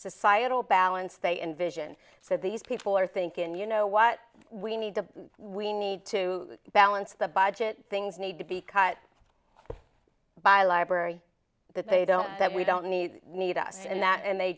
societal balance they envision so these people are thinking you know what we need to we need to balance the budget things need to be cut by a library that they don't that we don't need need us and that and they